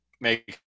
make